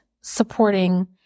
supporting